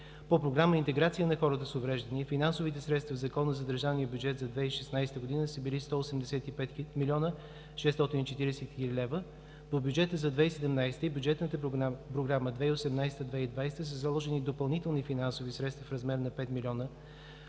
По Програма „Интеграция на хората с увреждания“ и финансовите средства в Закона за държавния бюджет за 2016 г. са били 185 млн. 640 хил. лв.; по Бюджета за 2017 г. и Бюджетната програма 2018/2020 г. са заложени допълнителни средства в размер на 5 млн.